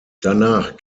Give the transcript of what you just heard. danach